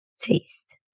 taste